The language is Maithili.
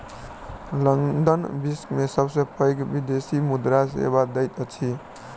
लंदन विश्व के सबसे पैघ विदेशी मुद्रा सेवा दैत अछि